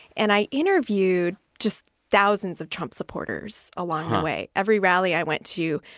and i interviewed just thousands of trump supporters along the way. every rally i went to,